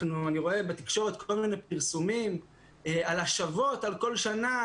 אני רואה בתקשורת כל מיני פרסומים על השבות על כל שנה,